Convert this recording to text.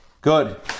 Good